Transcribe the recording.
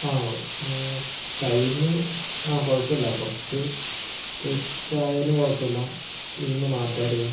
അതെ ടൈമ് കുഴപ്പമില്ല കുറച്ചു ലേറ്റായാലും കുഴപ്പമില്ല ഇതൊന്നു മാറ്റായിരുന്നു